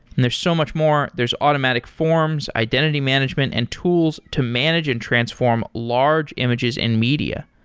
and there's so much more. there's automatic forms, identity management and tools to manage and transform large images and media.